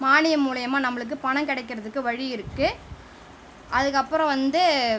மானியம் மூலியமாக நம்பளுக்கு பணம் கிடைக்கறதுக்கு வழி இருக்கு அதற்கப்பறம் வந்து